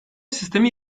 sistemi